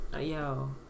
Yo